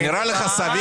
זה נראה לך סביר?